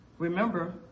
Remember